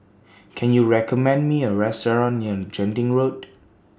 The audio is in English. Can YOU recommend Me A Restaurant near Genting Road